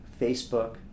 Facebook